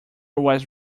was